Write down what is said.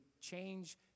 Change